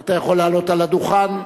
אתה יכול לעלות לדוכן.